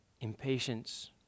impatience